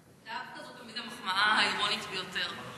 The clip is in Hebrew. "דווקא" זו תמיד המחמאה האירונית ביותר.